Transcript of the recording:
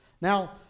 Now